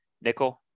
nickel